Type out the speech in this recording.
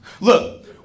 Look